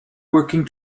working